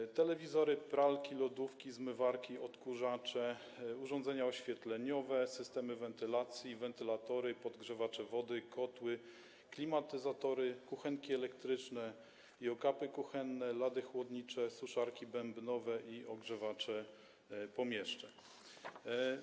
To są: telewizory, pralki, lodówki, zmywarki, odkurzacze, urządzenia oświetleniowe, systemy wentylacji, wentylatory, podgrzewacze wody, kotły, klimatyzatory, kuchenki elektryczne i okapy kuchenne, lady chłodnicze, suszarki bębnowe i ogrzewacze pomieszczeń.